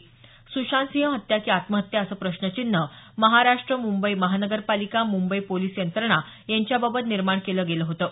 सुशांत सिंह हत्या कि आत्महत्या असं प्रश्नचिन्ह महाराष्ट्र मुंबई महानगरपालिका मुंबई पोलीस यंत्रणा यांच्याबाबत निर्माण केलं गेलं होतं